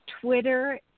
Twitter